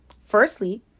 Firstly